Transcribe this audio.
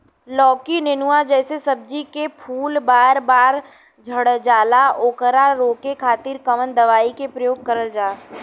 लौकी नेनुआ जैसे सब्जी के फूल बार बार झड़जाला ओकरा रोके खातीर कवन दवाई के प्रयोग करल जा?